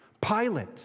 Pilate